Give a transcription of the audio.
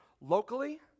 locally